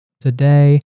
today